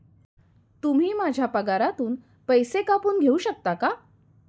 तुम्ही माझ्या पगारातून पैसे कापून घेऊ शकता का?